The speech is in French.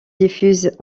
diffuse